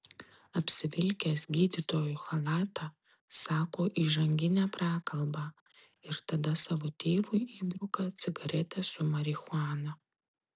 apsivilkęs gydytojo chalatą sako įžanginę prakalbą ir tada savo tėvui įbruka cigaretę su marihuana